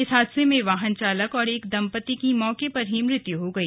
इस हादसे में वाहन चालक और एक दंपति की मौके पर ही मृत्यु हो गई